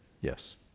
Yes